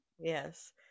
Yes